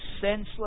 senseless